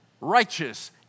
righteous